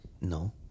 No